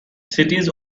cities